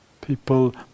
people